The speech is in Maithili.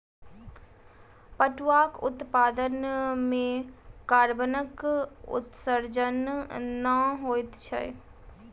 पटुआक उत्पादन मे कार्बनक उत्सर्जन नै होइत छै